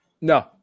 No